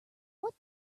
what